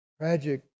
Tragic